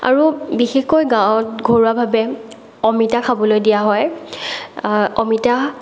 আৰু বিশেষকৈ গাঁৱত ঘৰুৱাভাৱে অমিতা খাবলৈ দিয়া হয় অমিতা